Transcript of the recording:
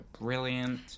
brilliant